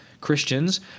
Christians